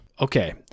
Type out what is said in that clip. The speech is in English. Okay